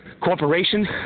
corporation